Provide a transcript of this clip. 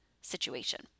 situation